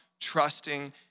trusting